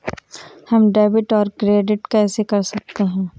हम डेबिटऔर क्रेडिट कैसे कर सकते हैं?